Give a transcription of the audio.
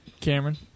Cameron